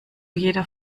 jeder